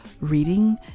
reading